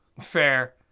Fair